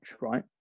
right